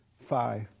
five